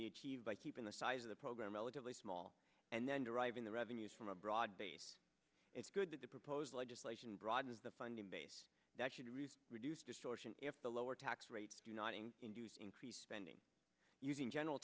be achieved by keeping the size of the program relatively small and then deriving the revenues from a broad base it's good that the proposed legislation broadens the funding base that should reduce distortion if the lower tax rates uniting increased spending using general